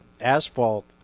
asphalt